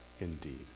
indeed